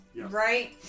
Right